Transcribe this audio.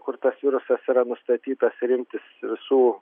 kur tas virusas yra nustatytas ir imtis visų